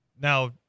now